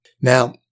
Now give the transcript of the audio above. Now